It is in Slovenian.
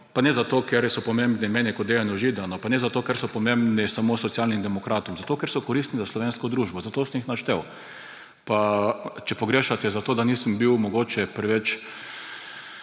Pa ne zato, ker so pomembni meni kot Dejanu Židanu, pa ne zato, ker so pomembni samo Socialnim demokratom, zato, ker so koristni za slovensko družbo. Zato sem jih naštel. Pa če pogrešate, da mogoče nisem govoril s preveč